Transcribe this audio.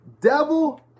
devil